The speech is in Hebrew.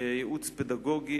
ייעוץ פדגוגי,